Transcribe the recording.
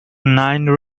nine